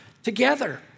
Together